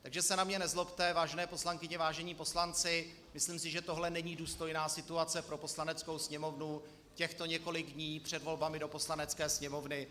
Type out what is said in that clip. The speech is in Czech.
Takže se na mě nezlobte, vážené poslankyně, vážení poslanci, myslím si, že tohle není důstojná situace pro Poslaneckou sněmovnu, těchto několik dní před volbami do Poslanecké sněmovny.